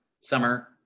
Summer